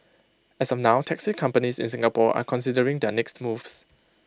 as of now taxi companies in Singapore are considering their next moves